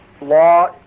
law